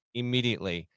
immediately